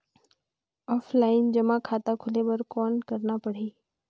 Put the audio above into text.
Offline जमा खाता खोले बर कौन करना पड़ही?